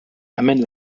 amène